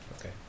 Okay